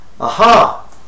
aha